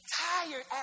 tired